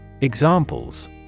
Examples